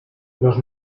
los